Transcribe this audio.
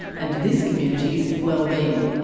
and this community's well-being.